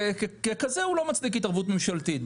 וככזה הוא לא מצדיק התערבות ממשלתית.